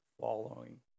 following